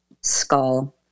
skull